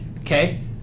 Okay